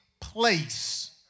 place